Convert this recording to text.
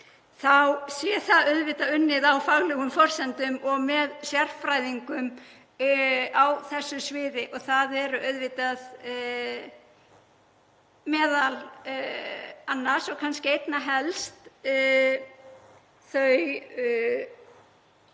sé það auðvitað unnið á faglegum forsendum og með sérfræðingum á þessu sviði. Það eru auðvitað m.a. og kannski einna helst þeir